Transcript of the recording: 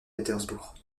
pétersbourg